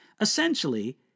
Essentially